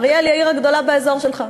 אריאל היא העיר הגדולה באזור שלך.